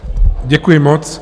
Děkuji moc.